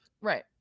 right